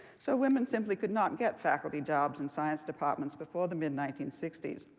so women simply could not get faculty jobs and science departments before the mid nineteen sixty s.